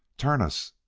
turn us!